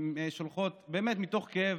הן שולחות, באמת מתוך כאב,